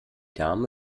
dame